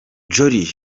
jolly